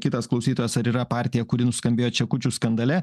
kitas klausytojas ar yra partija kuri nuskambėjo čekučių skandale